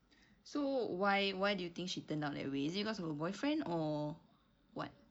so why why do you think she turned out that way because of a boyfriend or what